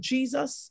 Jesus